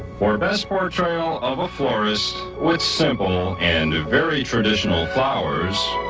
for best portrayal of a florist, with simple and very traditional flowers.